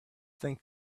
think